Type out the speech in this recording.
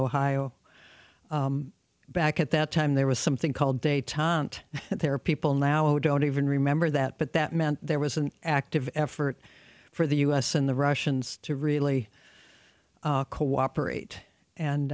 ohio back at that time there was something called date time and there are people now i don't even remember that but that meant there was an active effort for the u s and the russians to really cooperate and